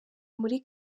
muri